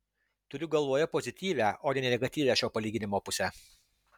turiu galvoje pozityvią o ne negatyvią šio palyginimo pusę